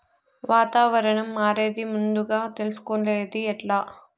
వాతావరణం మారేది ముందుగా తెలుసుకొనేది ఎట్లా?